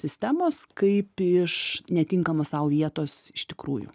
sistemos kaip iš netinkamos sau vietos iš tikrųjų